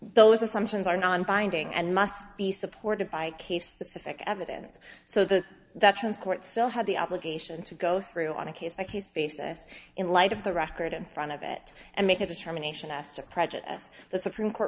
those assumptions are non binding and must be supported by case affect evidence so that that's his court still have the obligation to go through on a case by case basis in light of the record in front of it and make a determination as to prejudice the supreme court